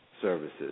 services